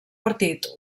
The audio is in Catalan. partit